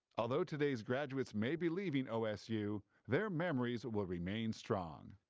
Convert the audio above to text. although today's graduates may be leaving osu, their memories will remain strong.